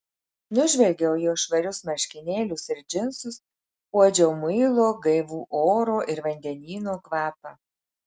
nužvelgiau jo švarius marškinėlius ir džinsus uodžiau muilo gaivų oro ir vandenyno kvapą